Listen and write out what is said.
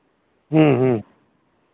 ᱦᱮᱸ ᱦᱮᱸ